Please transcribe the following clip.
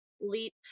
leap